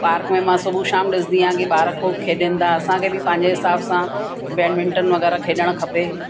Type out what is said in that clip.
park में मां सुबुह शाम ॾिसंदी आहियां की ॿार ख़ूब खेॾनि था असांखे बि पंहिंजे हिसाब सां बैडमिंटन वग़ैरह खेॾणु खपे